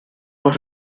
los